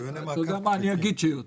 אתה יודע מה?